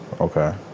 Okay